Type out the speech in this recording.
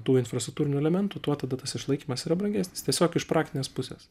tų infrastruktūrinių elementų tuo tada tas išlaikymas yra brangesnis tiesiog iš praktinės pusės